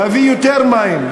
להביא יותר מים,